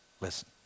Listen